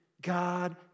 God